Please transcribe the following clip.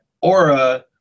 Aura